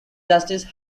justice